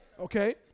Okay